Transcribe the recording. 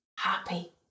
happy